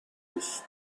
his